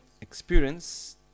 experience